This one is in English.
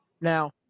Now